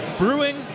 Brewing